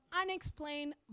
unexplained